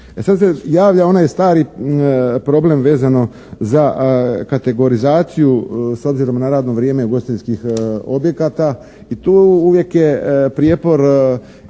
Sad se javlja onaj stari problem vezano za kategorizaciju s obzirom na radno vrijeme ugostiteljskih objekata i tu uvijek je prijepor